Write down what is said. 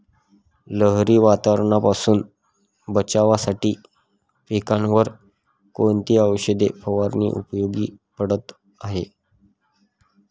लहरी वातावरणापासून बचावासाठी पिकांवर कोणती औषध फवारणी उपयोगी पडत आहे?